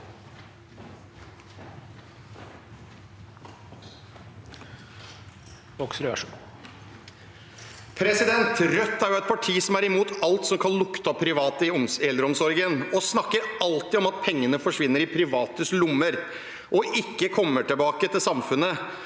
Rødt er et parti som er imot alt som kan lukte av private i eldreomsorgen, og snakker alltid om at pengene forsvinner i privates lommer og ikke kommer tilbake til samfunnet.